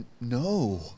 no